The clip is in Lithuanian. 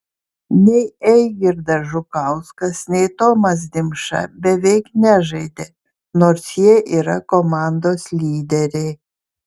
nei eigirdas žukauskas nei tomas dimša beveik nežaidė nors jie yra komandos lyderiai